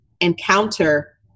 encounter